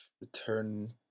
return